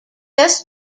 best